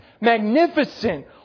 magnificent